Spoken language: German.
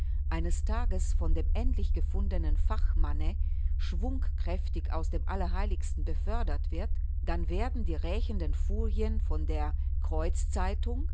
eines tages von dem endlich gefundenen fachmanne schwungkräftig aus dem allerheiligsten befördert wird dann werden die rächenden furien von der